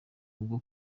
bwo